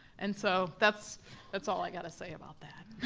and so that's that's all i gotta say about that.